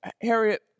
Harriet